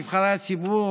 נבחרי הציבור,